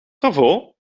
bravo